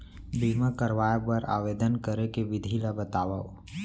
बीमा करवाय बर आवेदन करे के विधि ल बतावव?